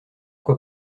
quoi